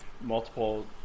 multiple